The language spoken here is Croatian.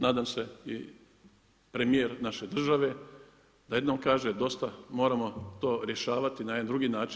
Nadam se i premijer naše države da jednom kaže dosta, moramo to rješavati na jedan drugi način.